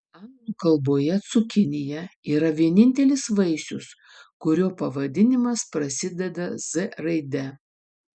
anglų kalboje cukinija yra vienintelis vaisius kurio pavadinimas prasideda z raide